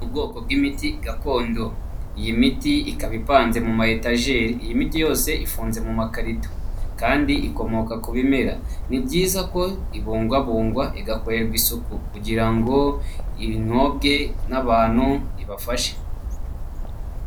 Ubwoko bw'imiti gakondo. Iyi miti ikaba ipanze mu mayetageri. Iyi miti yose ifunze mu makarito kandi ikomoka ku bimera. Ni byiza ko ibungwabungwa igakorerwa isuku, kugira ngo inyobwe n'abantu ibafashe.